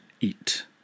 eat